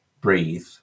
breathe